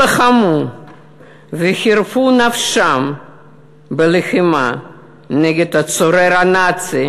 שלחמו וחירפו נפשם בלחימה נגד הצורר הנאצי